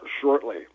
shortly